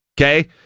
Okay